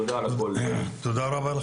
תודה רבה.